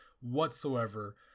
whatsoever